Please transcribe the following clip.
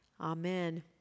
Amen